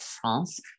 France